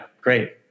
great